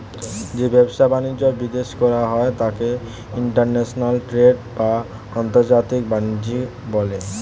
যে ব্যবসা বাণিজ্য বিদেশে করা হয় তাকে ইন্টারন্যাশনাল ট্রেড বা আন্তর্জাতিক বাণিজ্য বলে